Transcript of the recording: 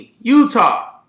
Utah